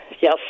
yes